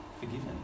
forgiven